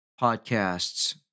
podcasts